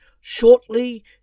shortly